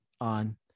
on